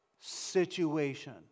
situation